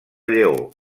lleó